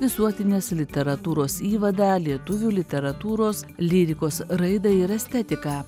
visuotinės literatūros įvadą lietuvių literatūros lyrikos raidą ir estetiką